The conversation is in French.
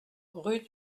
rue